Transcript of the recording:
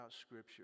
scripture